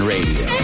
Radio